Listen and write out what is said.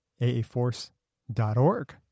aaforce.org